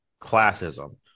classism